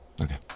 Okay